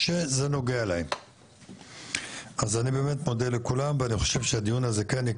משרד השיכון אומר שכן יש